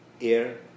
air